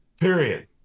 period